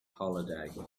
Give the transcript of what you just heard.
holiday